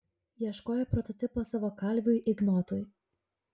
ieškojo prototipo savo kalviui ignotui